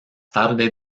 tarde